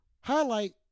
highlight